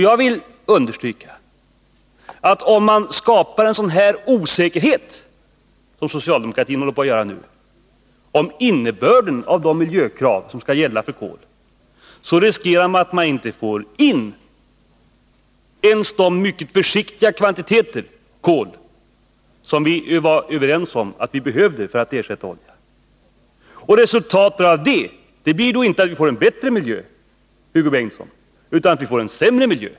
Jag vill understryka att om man skapar sådan osäkerhet, som socialdemokratin håller på att nu skapa, om innebörden av de miljökrav som skall gälla för kolanvändning riskerar man att inte få in ens de mycket försiktiga kvantiteter kol som vi är överens om att vi behöver för att ersätta olja. Resultatet blir, Hugo Bengtsson, inte att vi får en bättre miljö utan en sämre.